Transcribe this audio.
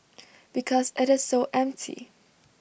because IT is so empty